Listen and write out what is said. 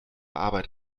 arbeit